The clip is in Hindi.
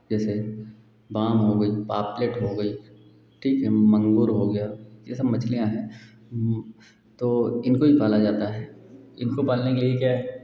जैसे बाम हो गई पापलेट हो गई ठीक है माँगुर हो गया यह सब मछलियाँ हैं तो इनको भी पाला जाता है इनको पालने के लिए क्या है